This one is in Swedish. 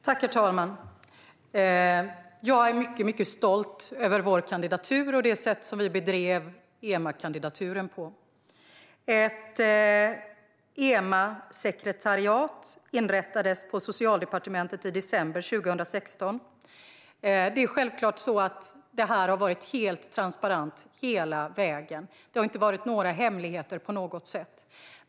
Herr talman! Jag är mycket stolt över vår EMA-kandidatur och det sätt på vilket vi bedrev den. Ett EMA-sekretariat inrättades på Socialdepartementet i december 2016. Detta har självklart varit helt transparent hela vägen. Det har inte på något sätt funnits några hemligheter.